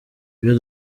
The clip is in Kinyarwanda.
ibyo